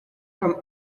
from